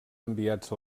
enviats